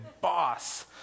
boss